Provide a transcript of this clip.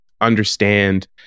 understand